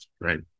Right